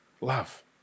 Love